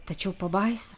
tačiau pabaisa